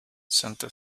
santa